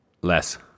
Less